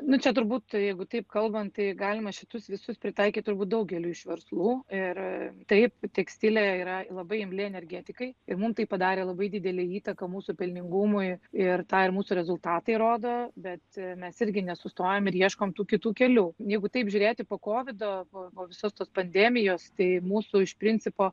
nu čia turbūt jeigu taip kalbant tai galima šitus visus pritaikyt turbūt daugeliui iš verslų ir taip tekstilė yra labai imli energetikai ir mum tai padarė labai didelę įtaką mūsų pelningumui ir tą ir mūsų rezultatai rodo bet mes irgi nesustojam ir ieškom tų kitų kelių jeigu taip žiūrėti po kovido po po visos tos pandemijos tai mūsų iš principo